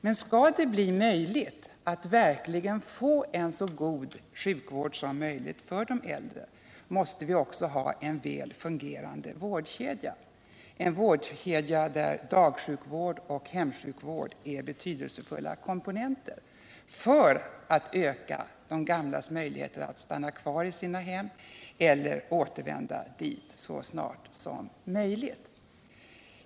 Men skall det bli möjligt att verkligen få en så god sjukvård som möjligt för de äldre måste vi också ha en väl fungerande vårdkedja, där dagsjukvård och hemsjukvård är betydelsefulla komponenter för att öka de gamlas möjligheter att stanna kvar i sina hem eller återvända dit så snart som möjligt.